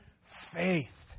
faith